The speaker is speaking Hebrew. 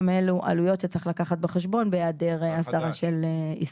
גם אלה עלויות שצריך לקחת בחשבון בהיעדר הסדרה של עיסוק.